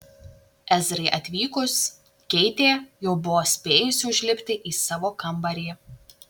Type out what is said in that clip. ezrai atvykus keitė jau buvo spėjusi užlipti į savo kambarį